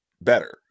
better